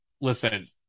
listen